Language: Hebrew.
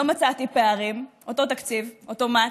לא מצאתי פערים, אותו תקציב, אוטומט.